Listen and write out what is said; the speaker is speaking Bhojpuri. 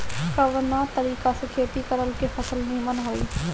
कवना तरीका से खेती करल की फसल नीमन होई?